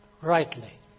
rightly